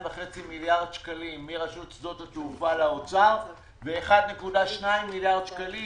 וחצי מיליארד שקלים מרשות שדות התעופה לאוצר ו-1.2 מיליארד שקלים